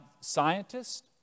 scientists